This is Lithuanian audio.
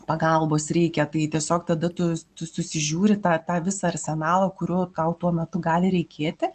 pagalbos reikia tai tiesiog tada tu tu susižiūri tą tą visą arsenalą kurio tau tuo metu gali reikėti